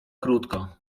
krótko